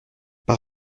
par